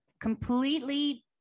completely